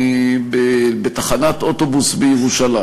בתחנת אוטובוס בירושלים?